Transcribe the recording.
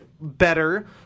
better